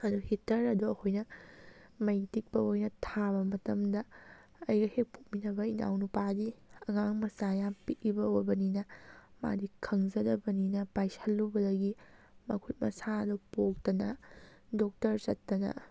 ꯑꯗꯨ ꯍꯤꯇꯔ ꯑꯗꯣ ꯑꯩꯈꯣꯏꯅ ꯃꯩ ꯇꯤꯛꯄ ꯑꯣꯏꯅ ꯊꯥꯕ ꯃꯇꯝꯗ ꯑꯩꯒ ꯍꯦꯛ ꯄꯣꯛꯃꯤꯟꯅꯕ ꯏꯅꯥꯎ ꯅꯨꯄꯥꯒꯤ ꯑꯉꯥꯡ ꯃꯆꯥ ꯌꯥꯝ ꯄꯤꯛꯏꯕ ꯑꯣꯏꯕꯅꯤꯅ ꯃꯥꯗꯤ ꯈꯪꯖꯗꯕꯅꯤꯅ ꯄꯥꯏꯁꯜꯂꯨꯕꯗꯒꯤ ꯃꯈꯨꯠ ꯃꯁꯥꯗꯨ ꯄꯣꯛꯇꯅ ꯗꯣꯛꯇꯔ ꯆꯠꯇꯅ